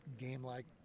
game-like